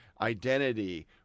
identity